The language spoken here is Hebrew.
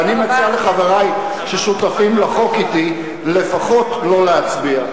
ואני מציע לחברי ששותפים לחוק אתי לפחות לא להצביע.